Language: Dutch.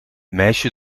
meisje